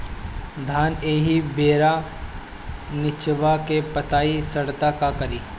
धान एही बेरा निचवा के पतयी सड़ता का करी?